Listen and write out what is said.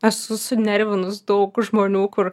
esu sunervinus daug žmonių kur